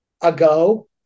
ago